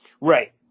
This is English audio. Right